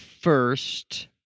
first